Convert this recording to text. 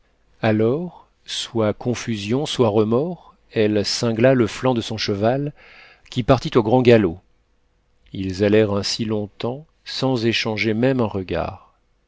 alors soit confusion soit remords elle cingla le flanc de son cheval qui partit au grand galop ils allèrent ainsi longtemps sans échanger même un regard